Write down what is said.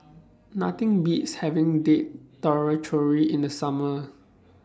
Nothing Beats having Date Tamarind Chutney in The Summer